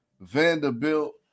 Vanderbilt